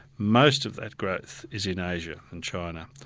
most of that growth is in asia and china,